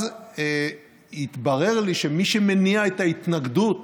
אז התברר לי שמי שמניע את ההתנגדות